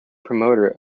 promoter